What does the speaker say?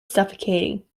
suffocating